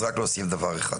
אז רק להוסיף דבר אחד.